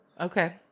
Okay